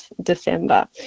December